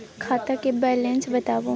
खाता के बैलेंस बताबू?